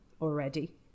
already